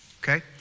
okay